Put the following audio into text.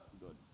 Good